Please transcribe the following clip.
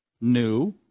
new